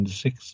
six